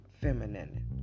feminine